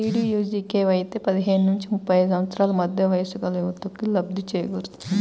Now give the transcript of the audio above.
డీడీయూజీకేవైతో పదిహేను నుంచి ముప్పై ఐదు సంవత్సరాల మధ్య వయస్సుగల యువతకు లబ్ధి చేకూరుతుంది